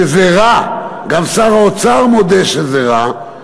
שזה רע, גם שר האוצר מודה שזה רע,